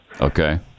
okay